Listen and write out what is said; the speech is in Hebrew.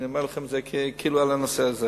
אני אומר לכם את זה על הנושא הזה.